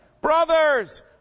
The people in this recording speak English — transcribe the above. Brothers